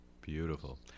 Beautiful